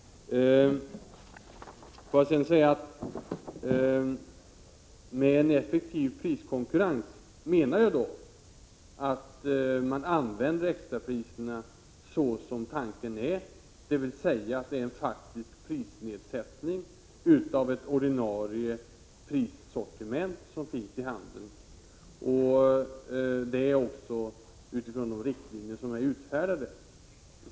Får jag sedan säga att med en effektiv priskonkurrens menar jag att man använder extrapriserna så som tanken är: att det är en faktisk prisnedsättning av ett ordinarie prissortiment som finns inom handeln. Detta är också i enlighet med de riktlinjer som utfärdats.